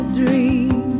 dream